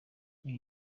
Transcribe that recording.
ibi